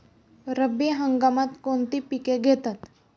रब्बी हंगामात कोणती पिके घेतात?